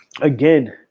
again